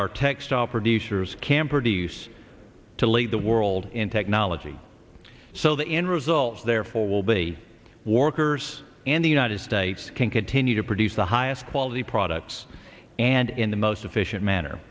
our textile producers can produce to lead the world in technology so the end result therefore will be warders and the united states can continue to produce the highest quality products and in the most efficient manner